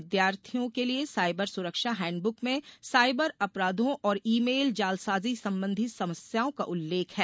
विद्यार्थियों के लिए साइबर सुरक्षा हैंडबुक में साइबर अपराधों और ई मेल जालसाजी संबंधी समस्याओं का उल्लेख है